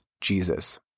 Jesus